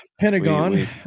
pentagon